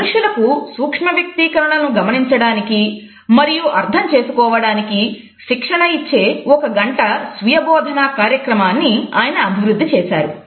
మనుషులకు సూక్ష్మ వ్యక్తీకరణలను గమనించడానికి మరియు అర్థం చేసుకోవడానికి శిక్షణ ఇచ్చే ఒక గంట స్వీయ బోధనా కార్యక్రమాన్ని ఆయన అభివృద్ధి చేశారు